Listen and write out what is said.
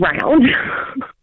round